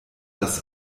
das